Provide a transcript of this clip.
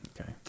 Okay